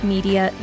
Media